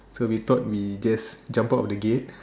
so we thought we just jump out of the gate